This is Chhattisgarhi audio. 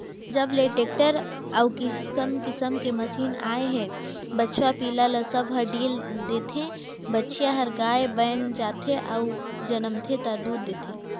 जब ले टेक्टर अउ किसम किसम के मसीन आए हे बछवा पिला ल सब ह ढ़ील देथे, बछिया हर गाय बयन जाथे अउ जनमथे ता दूद देथे